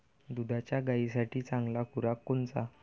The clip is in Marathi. दुधाच्या गायीसाठी चांगला खुराक कोनचा?